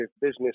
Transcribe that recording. business